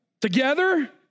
Together